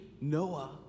noah